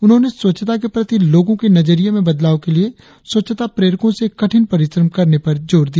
उन्होंने स्वच्छता के प्रति लोगो के नजरिये में बदलाव के लिए स्वच्छता प्रेरको से कठिन परिश्रम करने पर जोर दिया